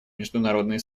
международные